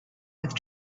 with